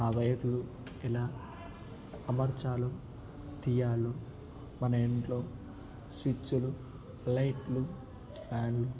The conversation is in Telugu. ఆ వైర్లు ఎలా అమర్చాలో తీయాలో మన ఇంట్లో స్విచ్లు లైట్లు ఫ్యాన్లు